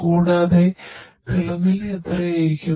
കൂടാതെ താപനില എത്രയായിരിക്കും